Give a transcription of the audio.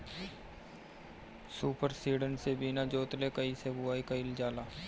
Super seeder से बीना जोतले कईसे बुआई कयिल जाला?